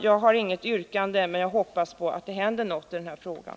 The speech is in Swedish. Jag har inget yrkande, men jag hoppas på att det händer något i den här frågan.